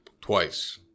Twice